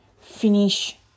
finish